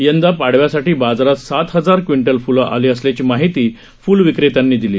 यंदा पाडव्यासाठी बाजारात सात हजार क्विंटल फूले आली असल्याची माहिती फूल विक्रेत्यांनी दिली